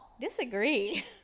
Disagree